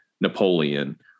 Napoleon